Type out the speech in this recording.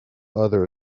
other